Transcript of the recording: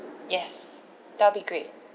yes that will be great